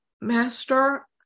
master